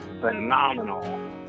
phenomenal